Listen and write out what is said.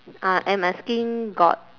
ah and my skin got